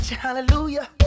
Hallelujah